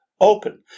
open